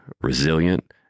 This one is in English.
resilient